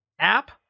app